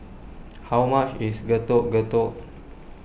how much is Getuk Getuk